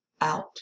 out